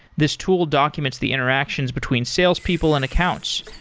this tool documents the interactions between sales people and accounts.